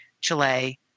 Chile